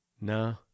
no